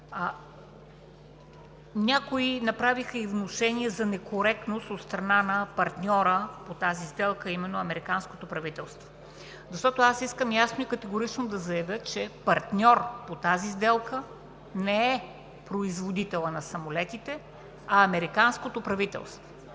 Някои направиха и внушения за некоректност от страна на партньора по тази сделка, а именно американското правителство. Аз искам ясно и категорично да заявя, че партньор по тази сделка не е производителят на самолетите, а американското правителство.